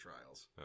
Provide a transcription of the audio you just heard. trials